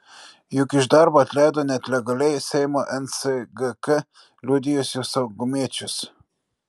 juk iš darbo atleido net legaliai seimo nsgk liudijusius saugumiečius